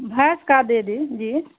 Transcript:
भैंस का दे दीजिए